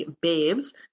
Babes